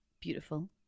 beautiful